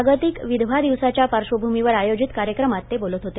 जागतिक विधवा दिवसाच्या पार्श्वभूमीवर आयोजित कार्यक्रमात ते बोलत होते